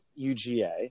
UGA